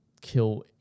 kill